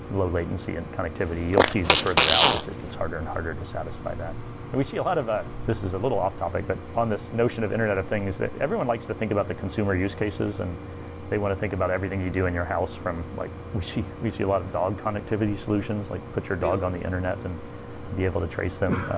low-latency and connectivity you'll see the further out that it gets harder and harder to satisfy that we see a lot of a this is a little off topic, but on this notion of internet of things that everyone likes to think about the consumer use cases and they want to think about everything you do in your house from like, we see we see a lot of dog connectivity solutions, like put your dog on the internet and be able to trace them.